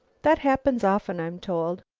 that happens often, i'm told.